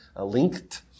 linked